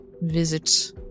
visit